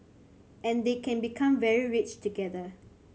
and they can become very rich together